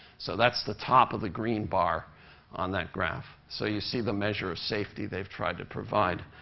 so that's the top of the green bar on that graph. so you see the measure of safety they've tried to provide.